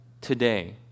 today